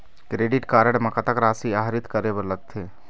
Credit card म कतक राशि आहरित करे बर लगथे?